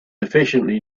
affectionately